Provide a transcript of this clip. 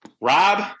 Rob